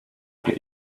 get